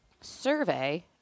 survey